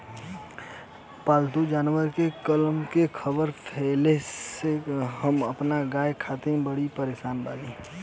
पाल्तु जानवर के कत्ल के ख़बर फैले से हम अपना गाय खातिर बड़ी परेशान बानी